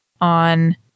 on